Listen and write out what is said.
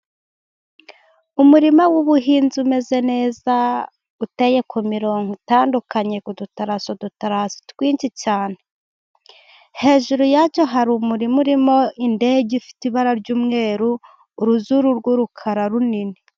Umurima w'ubuhinzi umeze neza uteye ku mirongo itandukanye ku dutarasi udutarasi twinshi cyane. Hejuru yacyo hari umurima urimo indege ifite ibara ry'umweru, uruzuru rw'urukara runini.